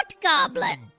goblin